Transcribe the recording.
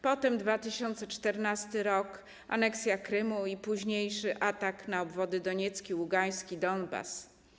Potem 2014 r. - aneksja Krymu i późniejszy atak na obwody: Doniecki, Ługański, Donbas.